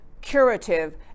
curative